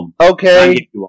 Okay